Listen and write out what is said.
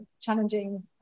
challenging